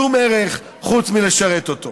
שום ערך, חוץ מלשרת אותו.